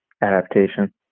adaptation